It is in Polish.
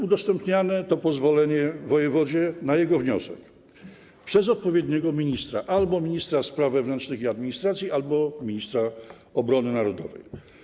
Udostępniane jest to pozwolenie wojewodzie, na jego wniosek, przez odpowiedniego ministra - albo ministra spraw wewnętrznych i administracji, albo ministra obrony narodowej.